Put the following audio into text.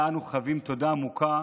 שלה אנו חבים תודה עמוקה